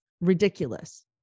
ridiculous